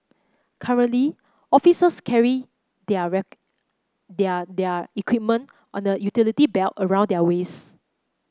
currently officers carry their their their equipment on a utility belt around their waists